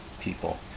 people